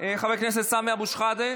חבר הכנסת סמי אבו שחאדה,